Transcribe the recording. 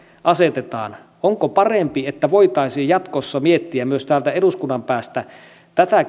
asetetaan onko parempi että voitaisiin jatkossa miettiä myös täältä eduskunnan päästä tätä